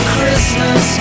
Christmas